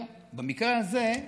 במקרה הזה,